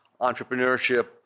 entrepreneurship